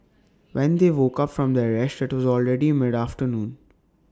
when they woke up from their rest IT was already mid afternoon